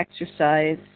exercise